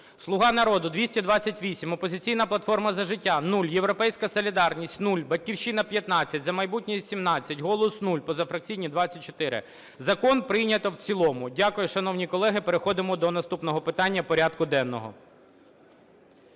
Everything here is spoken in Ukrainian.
"Слуга народу" – 228, "Опозиційна платформа - За життя" – 0, "Європейська солідарність" – 0, "Батьківщина" – 15, "За майбутнє" – 18, "Голос" – 0, позафракційні – 24. Закон прийнято в цілому. Дякую, шановні колеги. Переходимо до наступного питання порядку денного.